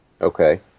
Okay